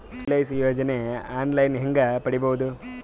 LIC ಯೋಜನೆ online ಹೇಂಗ ಪಡಿಬಹುದು?